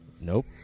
Nope